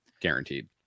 guaranteed